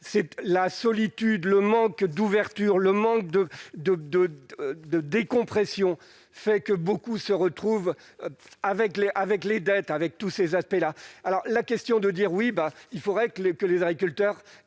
c'est la solitude, le manque d'ouverture, le manque de, de, de, de décompression fait que beaucoup se retrouvent avec les avec les dettes avec tous ces aspects-là, alors la question de dire oui, bah, il faudrait que les que les agriculteurs